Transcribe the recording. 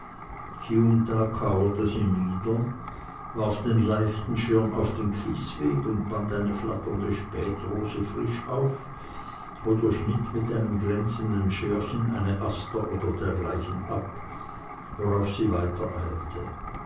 sie nieder warf den leichten schirm auf den kiesweg und band eine flatternde spätrose frisch auf oder schnitt mit einem glänzenden scherchen eine aster oder dergleichen ab worauf sie